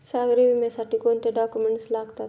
सागरी विम्यासाठी कोणते डॉक्युमेंट्स लागतात?